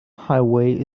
highway